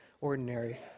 ordinary